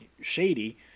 shady